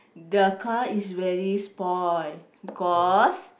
the car is very spoil because